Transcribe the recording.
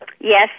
Yes